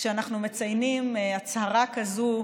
כשאנחנו מציינים הצהרה כזאת,